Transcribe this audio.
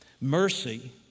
mercy